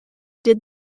did